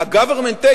ה-government take,